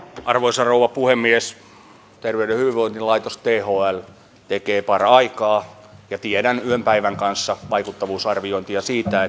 arvoisa rouva puhemies terveyden ja hyvinvoinnin laitos thl tekee paraikaa ja tiedän että yön päivän kanssa vaikuttavuusarviointia siitä